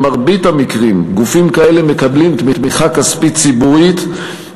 במרבית המקרים גופים כאלה מקבלים תמיכה כספית ציבורית,